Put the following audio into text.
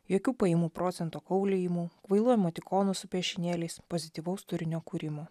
jokių pajamų procento kaulijimų kvailų emotikonų su piešinėliais pozityvaus turinio kūrimo